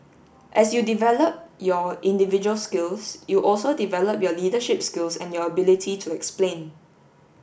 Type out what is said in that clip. as you develop your individual skills you also develop your leadership skills and your ability to explain